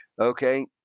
Okay